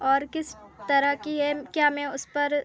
और किस तरह की है क्या मैं उस पर